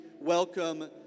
welcome